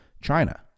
China